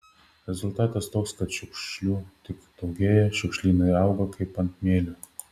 rezultatas toks kad šiukšlių tik daugėja šiukšlynai auga kaip ant mielių